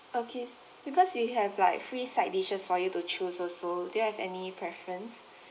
okay because we have like free side dishes for you to choose also do you have any preference